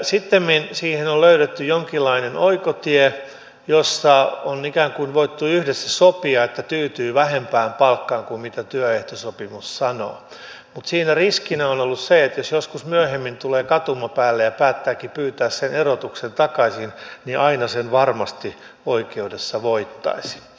sittemmin siihen on löydetty jonkinlainen oikotie jossa on ikään kuin voitu yhdessä sopia että tyytyy vähempään palkkaan kuin mitä työehtosopimus sanoo mutta siinä riskinä on ollut se että jos joskus myöhemmin tulee katumapäälle ja päättääkin pyytää sen erotuksen takaisin niin aina sen varmasti oikeudessa voittaisi